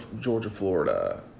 Georgia-Florida